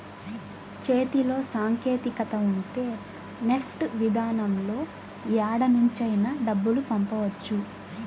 చేతిలో సాంకేతికత ఉంటే నెఫ్ట్ విధానంలో యాడ నుంచైనా డబ్బులు పంపవచ్చు